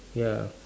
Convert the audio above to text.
ya